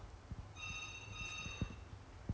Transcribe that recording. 那个 the one that Li Min Li Min 介绍的 lor